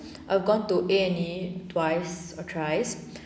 I've gone to a and e twice or thrice